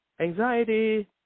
Anxiety